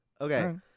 Okay